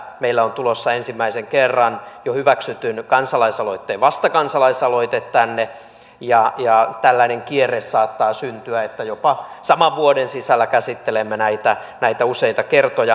meillä on tulossa ensimmäisen kerran jo hyväksytyn kansalaisaloitteen vastakansalaisaloite tänne ja tällainen kierre saattaa syntyä että jopa saman vuoden sisällä käsittelemme näitä useita kertoja